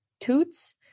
toots